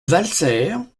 valserres